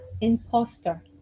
Imposter